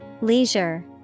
Leisure